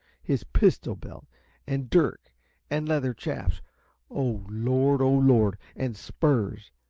his pistol belt and dirk and leathern chaps' oh, lord oh, lord! and spurs!